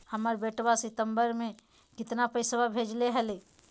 हमर बेटवा सितंबरा में कितना पैसवा भेजले हई?